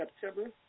September